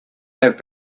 have